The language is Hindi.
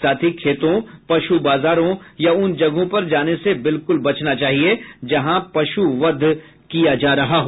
साथ ही खेतों पश् बाजारों या उन जगहों पर जाने से बिलकुल बचना चाहिए जहां पशु वध किया जा रहा हो